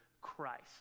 Christ